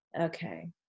okay